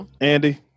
Andy